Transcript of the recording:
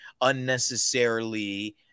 unnecessarily